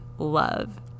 love